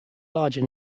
larger